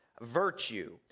virtue